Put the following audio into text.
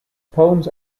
poems